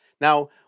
Now